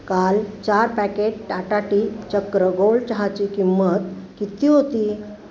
काल चार packet Tata tea Chakra gold चहाची किंमत किती होती